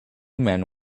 men